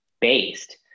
based